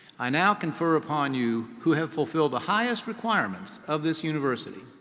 i now confer upon you, who have fulfilled the highest requirements of this university.